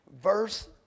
verse